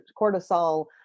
cortisol